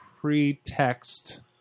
pretext